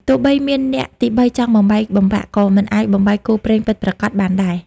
ទោះបីមានអ្នកទីបីចង់បំបែកបំបាក់ ក៏មិនអាចបំបែកគូព្រេងពិតប្រាកដបានដែរ។